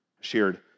shared